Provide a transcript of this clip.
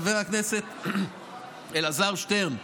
חבר הכנסת אלעזר שטרן,